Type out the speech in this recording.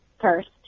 first